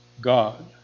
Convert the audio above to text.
God